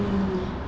hmm